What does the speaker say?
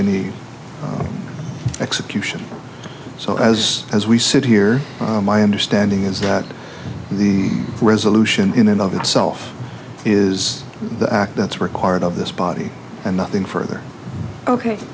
the execution so as as we sit here my understanding is that the resolution in and of itself is the act that's required of this body and nothing further ok